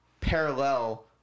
parallel